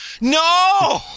No